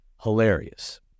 hilarious